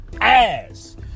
ass